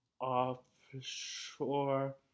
offshore